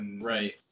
Right